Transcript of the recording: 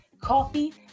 coffee